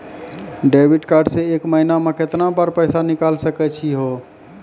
Debit card से एक महीना मा केतना बार पैसा निकल सकै छि हो?